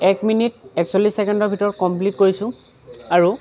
এক মিনিট একচল্লিছ ছেকেণ্ডৰ ভিতৰত কমপ্লিট কৰিছোঁ আৰু